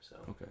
Okay